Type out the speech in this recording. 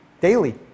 daily